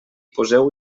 poseu